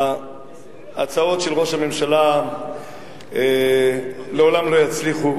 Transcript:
ההצעות של ראש הממשלה לעולם לא יצליחו,